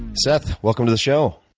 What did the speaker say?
seth, welcome to the show.